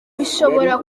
bishobora